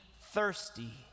thirsty